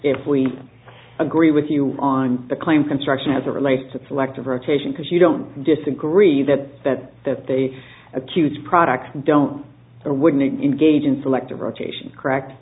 if we agree with you on the claim construction as a relate to the selective rotation because you don't disagree that that that they accuse products don't or wouldn't engage in selective rotation correct